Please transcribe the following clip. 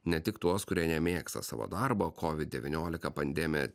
ne tik tuos kurie nemėgsta savo darbo covid devyniolika pandemija